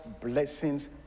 blessings